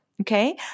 Okay